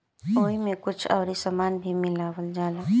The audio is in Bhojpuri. ओइमे कुछ अउरी सामान भी मिलावल जाला